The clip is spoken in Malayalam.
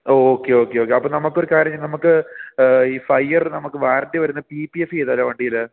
ഓ ഓക്കെ ഓക്കെ ഓക്കെ അപ്പോൾ നമുക്ക് ഒരു കാര്യം ചെയ്യാം നമുക്ക് ഈ ഫൈവ് ഇയർ നമുക്ക് വാററ്റി വരുന്ന പി പി ഫ് ചെയ്താലോ വണ്ടിയിൽ